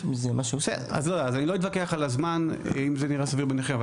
אני לא אתווכח על הזמן אם זה נראה סביר בעיניכם.